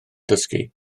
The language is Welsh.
dysgu